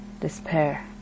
despair